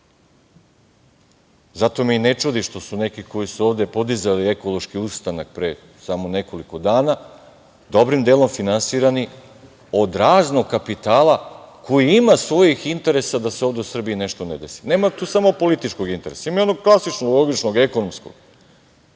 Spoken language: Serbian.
me i ne čudi zašto su neki koji su ovde podizali ekološki ustanak pre samo nekoliko dana dobrim delom finansirani od raznog kapitala koji ima svojih interesa da se ovde u Srbiji nešto ne desi. Nema tu samo političkog interesa, ima jednog klasičnog, logičnog, ekonomskog,